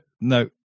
no